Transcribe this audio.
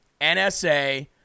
NSA